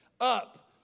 up